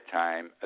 time